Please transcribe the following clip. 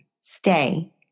Stay